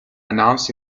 announced